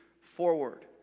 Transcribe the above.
forward